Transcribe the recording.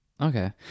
Okay